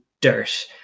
dirt